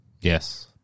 yes